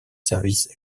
services